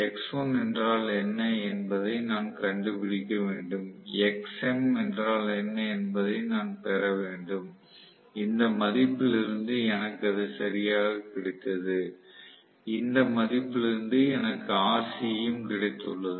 X1 என்றால் என்ன என்பதை நான் கண்டுபிடிக்க வேண்டும் Xm என்றால் என்ன என்பதை நான் பெற வேண்டும் இந்த மதிப்பிலிருந்து எனக்கு அது சரியாக கிடைத்தது இந்த மதிப்பிலிருந்து எனக்கு Rc யும் கிடைத்துள்ளது